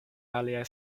aliaj